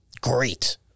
great